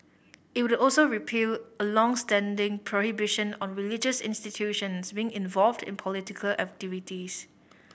it would also repeal a long standing prohibition on religious institutions being involved in political activities